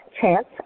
Chance